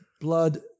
blood